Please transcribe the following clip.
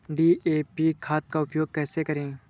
DAP खाद का उपयोग कैसे करें?